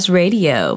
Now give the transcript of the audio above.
radio